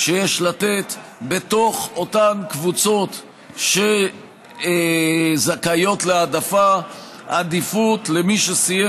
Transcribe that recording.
שיש לתת בתוך אותן קבוצות שזכאיות להעדפה עדיפות למי שסיים